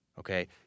Okay